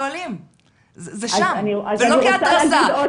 ולא כהתרסה.